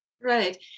Right